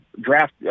draft